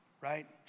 right